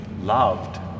loved